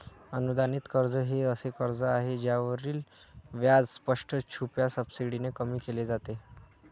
अनुदानित कर्ज हे असे कर्ज आहे ज्यावरील व्याज स्पष्ट, छुप्या सबसिडीने कमी केले जाते